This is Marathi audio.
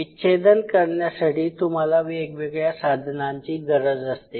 विच्छेदन करण्यासाठी तुम्हाला वेगवेगळ्या साधनांची गरज असते